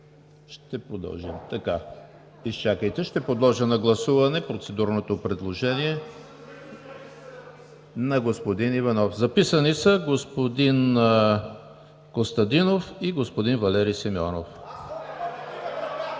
Ще подложа на гласуване процедурното предложение на господин Иванов. Записани са господин Костадинов и господин Валери Симеонов.